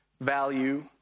value